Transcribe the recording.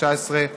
התשע"ח 2018,